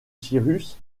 cyrus